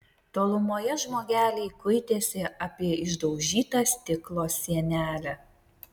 tolumoje žmogeliai kuitėsi apie išdaužytą stiklo sienelę